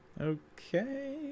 okay